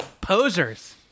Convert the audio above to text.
posers